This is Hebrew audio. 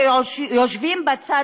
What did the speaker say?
ויושבים בצד,